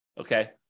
Okay